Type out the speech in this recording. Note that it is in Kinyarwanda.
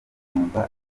yumva